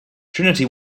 trinity